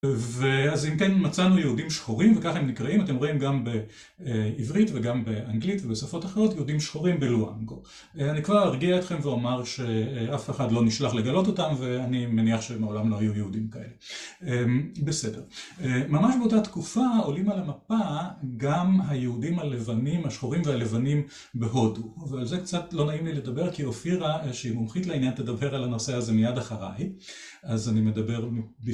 ואז אם כן, מצאנו יהודים שחורים, וכך הם נקראים, אתם רואים גם בעברית וגם באנגלית ובשפות אחרות, יהודים שחורים בלואנגו. אני כבר ארגיע אתכם ואומר שאף אחד לא נשלח לגלות אותם, ואני מניח שהם מעולם לא היו יהודים כאלה. בסדר. ממש באותה תקופה עולים על המפה גם היהודים הלבנים, השחורים והלבנים, בהודו. ועל זה קצת לא נעים לי לדבר, כי אופירה, שהיא מומחית לעניין, תדבר על הנושא הזה מיד אחריי. אז אני מדבר...